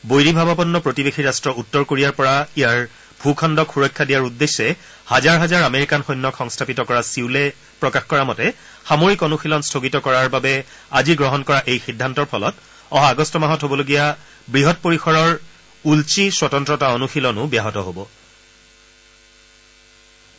বৈৰী ভাৱাপন্ন প্ৰতিবেশী ৰাষ্ট্ৰ উত্তৰ কোৰিয়াৰ পৰা ইয়াৰ ভ়খণ্ডক সুৰক্ষা দিয়াৰ উদ্দেশ্যে হাজাৰ হাজাৰ আমেৰিকান সৈন্যক সংস্থাপিত কৰা ছিউলে প্ৰকাশ কৰা মতে সামৰিক অনুশীলন স্থগিত কৰাৰ বাবে আজি গ্ৰহণ কৰা এই সিদ্ধান্তৰ ফলত অহা আগষ্ট মাহত হ'বলগীয়া বৃহৎ পৰিসৰৰ উল্চি স্বতন্ত্ৰতা অনুশীলনো ব্যাহত হ'ব